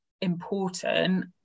important